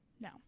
No